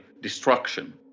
destruction